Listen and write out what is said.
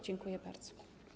Dziękuję bardzo.